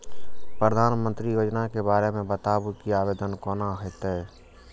प्रधानमंत्री योजना के बारे मे बताबु की आवेदन कोना हेतै?